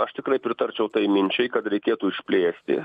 aš tikrai pritarčiau tai minčiai kad reikėtų išplėsti